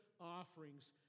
offerings